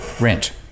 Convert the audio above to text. rent